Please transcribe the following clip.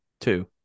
two